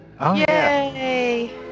Yay